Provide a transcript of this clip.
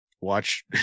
watch